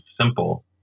simple